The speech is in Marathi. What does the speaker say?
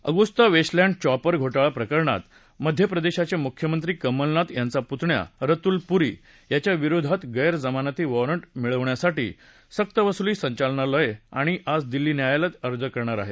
अगुस्ता वेस्टलँड चॉपर घोटाळा प्रकरणात मध्यप्रदेशाचे मुख्यमंत्री कमलनाथ यांचा पुतण्या रतुल पुरी याच्या विरोधात गैर जमानती वाँरट मिळवण्यासाठी सक्तवसुली संचालनालय आज दिल्ली न्यायालयात अर्ज करणार आहे